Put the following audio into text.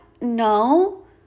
No